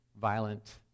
violent